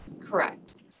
correct